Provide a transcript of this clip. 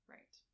Right